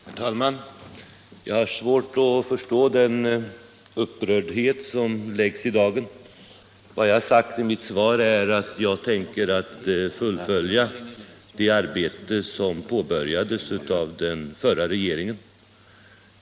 Herr talman! Jag har svårt att förstå den upprördhet som läggs i dagen. Vad jag sade i mitt svar var att jag tänker fullfölja det arbete som påbörjades av den förra regeringen.